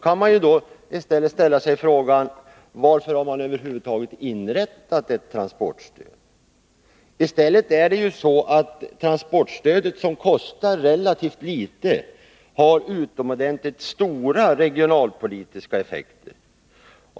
Man kan fråga sig: Varför har över huvud taget ett transportstöd inrättats? Transportstödet, som kostar relativt litet, har ju utomordentligt stora regionalpolitiska effekter.